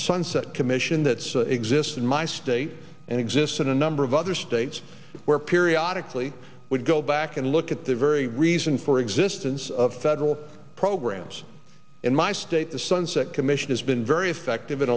sunset commission that still exist in my state and exists in a number of other states where periodically would go back and look at the very reason for existence of federal programs in my state the sunset commission has been very effective i